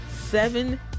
seven